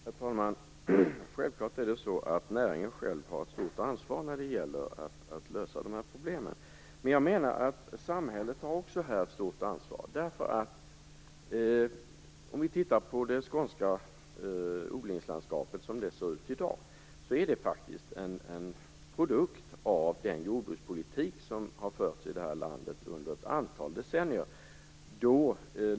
Herr talman! Självklart har näringen själv ett stort ansvar när det gäller att lösa de här problemen. Men jag menar att samhället också har ett stort ansvar här. Det skånska odlingslandskapet, såsom det ser ut i dag, är faktiskt en produkt av den jordbrukspolitik som har förts i det här landet under ett antal decennier.